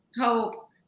hope